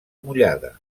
mullada